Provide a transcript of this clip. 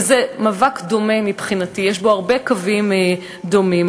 וזה מאבק דומה מבחינתי, יש בו הרבה קווים דומים.